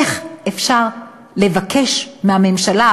איך אפשר לבקש מהממשלה,